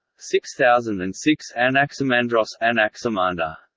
six thousand and six anaximandros anaximandros